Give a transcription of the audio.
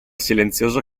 silenzioso